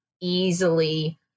easily